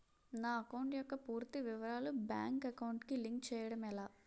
నా అకౌంట్ యెక్క పూర్తి వివరాలు బ్యాంక్ అకౌంట్ కి లింక్ చేయడం ఎలా?